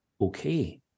okay